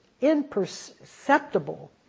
imperceptible